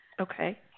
Okay